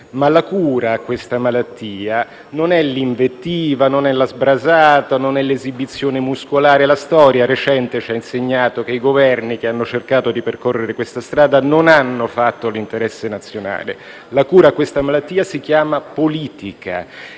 la cura a questa malattia non è l'invettiva, non è la "sbrasata", non è l'esibizione muscolare. La storia recente ci ha insegnato che i Governi che hanno cercato di percorrere questa strada non hanno fatto l'interesse nazionale. La cura a questa malattia si chiama «politica»